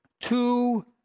Two